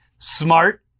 Smart